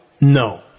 No